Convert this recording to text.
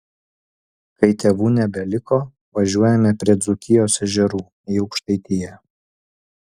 kai tėvų nebeliko važiuojame prie dzūkijos ežerų į aukštaitiją